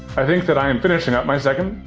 i think that i am finishing up my second,